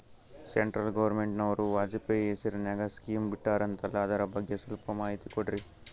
Central ಗವರ್ನಮೆಂಟನವರು ವಾಜಪೇಯಿ ಹೇಸಿರಿನಾಗ್ಯಾ scheme ಬಿಟ್ಟಾರಂತಲ್ಲ ಅದರ ಬಗ್ಗೆ ಸ್ವಲ್ಪ ಮಾಹಿತಿ ಕೊಡ್ರಿ?